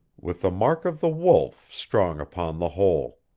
with the mark of the wolf strong upon the whole.